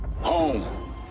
home